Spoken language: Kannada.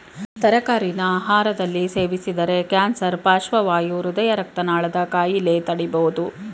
ತರಕಾರಿನ ಆಹಾರದಲ್ಲಿ ಸೇವಿಸಿದರೆ ಕ್ಯಾನ್ಸರ್ ಪಾರ್ಶ್ವವಾಯು ಹೃದಯ ರಕ್ತನಾಳದ ಕಾಯಿಲೆ ತಡಿಬೋದು